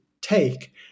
take